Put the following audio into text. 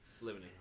living